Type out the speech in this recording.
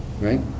right